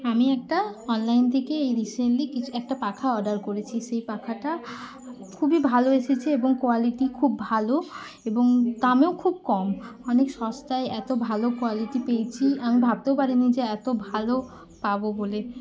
আমি একটা অনলাইন থেকে এই রিসেন্টলি কিচ একটা পাখা অর্ডার করেছি সেই পাখাটা খুবই ভালো এসেছে এবং কোয়ালিটি খুব ভালো এবং দামেও খুব কম অনেক সস্তায় এতো ভালো কোয়ালিটি পেয়েছি আমি ভাবতেও পারিনি যে এতো ভালো পাবো বলে